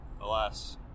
alas